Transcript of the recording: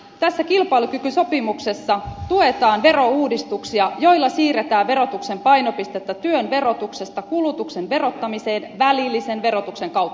tässä kilpailukykysopimuksessa tuetaan verouudistuksia joilla siirretään verotuksen painopistettä työn verotuksesta kulutuksen verottamiseen välillisen verotuksen kautta